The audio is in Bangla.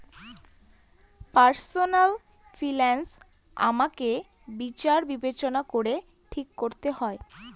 পার্সনাল ফিনান্স আমাকে বিচার বিবেচনা করে ঠিক করতে হয়